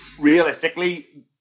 realistically